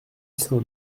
saint